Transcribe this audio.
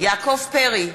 יעקב פרי,